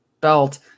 belt